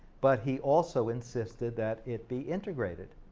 but he also insisted that it be integrated,